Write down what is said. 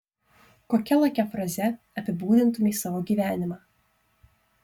kokia lakia fraze apibūdintumei savo gyvenimą